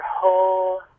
whole